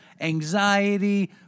anxiety